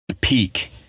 peak